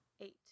eight